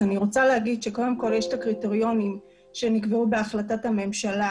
אז אני רוצה להגיד שקודם כל יש את הקריטריונים שנקבעו בהחלטת הממשלה